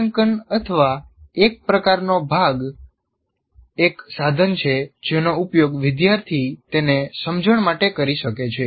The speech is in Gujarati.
મૂલ્યાંકન અથવા એક પ્રકારનો ભાગ એક સાધન છે જેનો ઉપયોગ વિદ્યાર્થી તેની સમજણ માટે કરી શકે છે